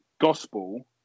gospel